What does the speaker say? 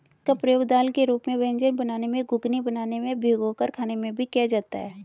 इसका प्रयोग दाल के रूप में व्यंजन बनाने में, घुघनी बनाने में या भिगोकर खाने में भी किया जाता है